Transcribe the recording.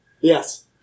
Yes